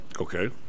Okay